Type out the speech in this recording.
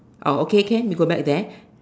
oh okay can you go back there